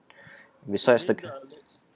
besides the